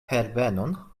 herbenon